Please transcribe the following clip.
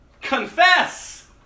confess